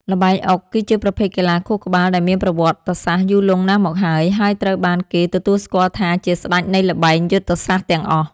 ល្បែងអុក គឺជាប្រភេទកីឡាខួរក្បាលដែលមានប្រវត្តិសាស្ត្រយូរលង់ណាស់មកហើយហើយត្រូវបានគេទទួលស្គាល់ថាជាស្តេចនៃល្បែងយុទ្ធសាស្ត្រទាំងអស់។